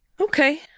Okay